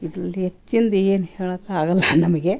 ಇದ್ರಲ್ಲಿ ಹೆಚ್ಚಿನ್ದು ಏನೂ ಹೇಳೋಕ್ಕಾಗಲ್ಲ ನಮಗೆ